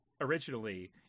originally